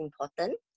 important